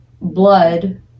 blood